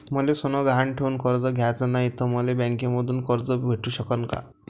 मले सोनं गहान ठेवून कर्ज घ्याचं नाय, त मले बँकेमधून कर्ज भेटू शकन का?